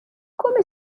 come